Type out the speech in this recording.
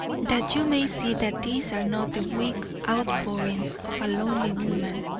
that you may see that these are not the weak outpourings of a lonely woman,